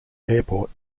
airport